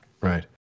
right